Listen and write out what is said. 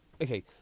okay